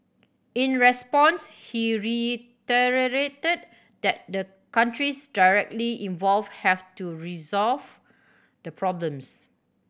in response he reiterated that the countries directly involved have to resolve the problems